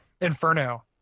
Inferno